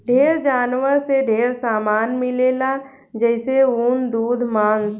ढेर जानवर से ढेरे सामान मिलेला जइसे ऊन, दूध मांस